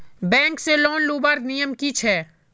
Bank से loan लुबार नियम की छे?